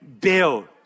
build